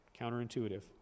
counterintuitive